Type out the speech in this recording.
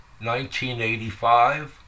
1985